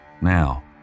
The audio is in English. Now